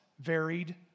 varied